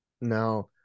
Now